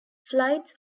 flights